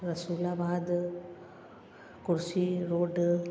Rasulabad Kursi road